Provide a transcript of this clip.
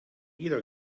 jena